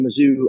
Mizzou